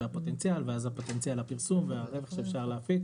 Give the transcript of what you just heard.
ואז פוטנציאל הפרסום והרווח שאפשר להפיק